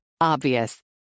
obvious